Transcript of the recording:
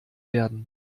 werden